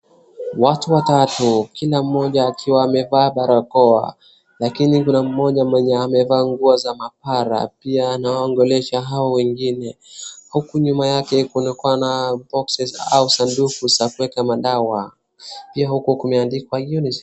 Watu watatu kila mmoja akiwa amevaa barakoa lakini kuna mmoja amevaa nguo za mapara. Pia anawaogelesha hao wengine huku nyuma yake kunakuwa boxes au saduku za kueka madawa. Pia huku kumeaandikwa UNICEF.